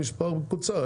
יש להם מספר מקוצר?